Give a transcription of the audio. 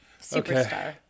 Superstar